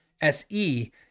SE